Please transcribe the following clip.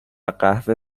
قهوه